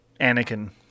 Anakin